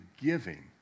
giving